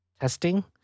testing